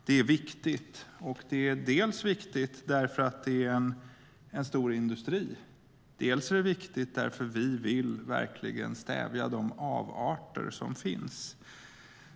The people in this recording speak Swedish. Det är viktigt dels för att det är en storindustri, dels för att vi verkligen vill stävja de avarter som finns.